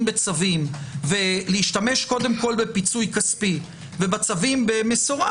בצווים ולהשתמש קודם כל בפיצוי כספי ובצווים במסורה,